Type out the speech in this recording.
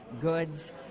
goods